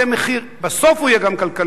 זה מחיר שבסוף הוא יהיה גם כלכלי.